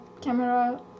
camera